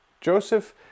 Joseph